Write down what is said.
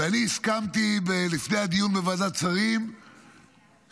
ואני הסכמתי לפני הדיון בוועדת השרים שהקביעה